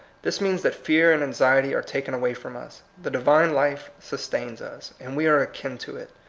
this means that fear and anxiety are taken away from us. the divine life sustains us, and we are akin to it.